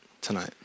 tonight